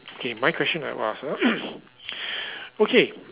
okay my question I will ask ah okay